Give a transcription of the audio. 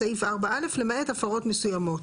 בסעיף 4א, למעט הפרות מסוימות.